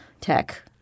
tech